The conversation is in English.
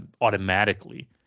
automatically